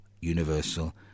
universal